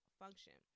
function